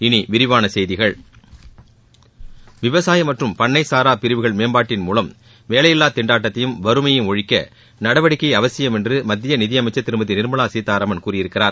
இனி விரிவான செய்திகள் விவசாயம் மற்றும் பண்ணை சாரா பிரிவுகள் மேம்பாட்டின் மூலம் வேலையில்லாத் திண்டாட்டத்தையும் வறுமையையும் ஒழிக்க நடவடிக்கை அவசியம் என்று மத்திய நிதியமைச்சர் திருமதி நிர்மலா சீதாராமன் கூறியிருக்கிறார்